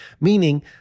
meaning